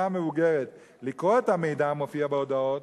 המבוגרת לקרוא את המידע המופיע בהודעות